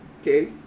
Okay